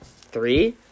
Three